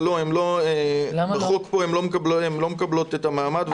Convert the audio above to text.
לא, בחוק פה הם לא מקבלים את המעמד.